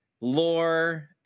lore